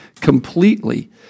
completely